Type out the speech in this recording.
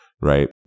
right